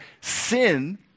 Sin